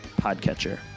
podcatcher